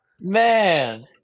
man